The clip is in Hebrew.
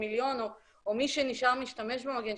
מיליון או מי שנשאר להשתמש במגן,